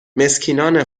مسکینان